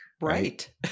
right